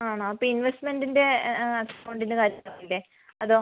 ആണോ അപ്പം ഇൻവെസ്റ്റ്മെൻറ്റിന്റെ അക്കൗണ്ടിന്റെ കാശ് പോവില്ലേ അതോ